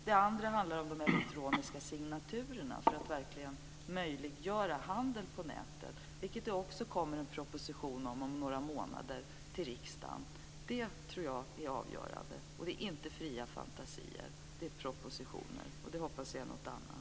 Det andra handlar om de elektroniska signaturerna och om att verkligen möjliggöra handel på nätet. Om detta kommer det också en proposition om några månader till riksdagen. Detta tror jag är avgörande. Och det är inte fria fantasier. Det är propositioner, och det hoppas jag är något annat.